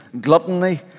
gluttony